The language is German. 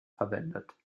verwendet